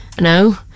No